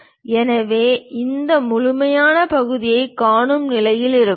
எனவே இந்த முழுமையான பகுதியைக் காணும் நிலையில் இருப்போம்